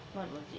what was it